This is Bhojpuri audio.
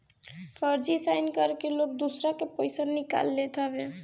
फर्जी साइन करके लोग दूसरा के पईसा निकाल लेत हवे